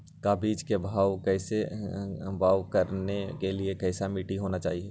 का बीज को भाव करने के लिए कैसा मिट्टी होना चाहिए?